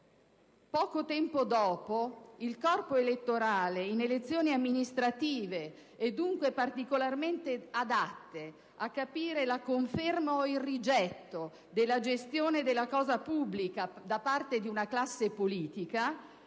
Poco tempo dopo, il corpo elettorale in elezioni amministrative, dunque particolarmente adatte a capire se vi è la conferma o il rigetto del consenso sulla gestione della cosa pubblica da parte di una classe politica,